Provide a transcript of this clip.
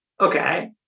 Okay